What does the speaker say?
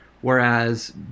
Whereas